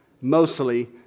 mostly